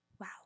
Wow